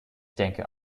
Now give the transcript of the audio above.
denke